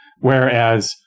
whereas